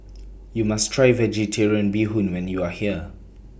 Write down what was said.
YOU must Try Vegetarian Bee Hoon when YOU Are here